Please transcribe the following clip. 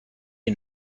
you